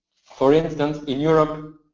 for instance, in europe,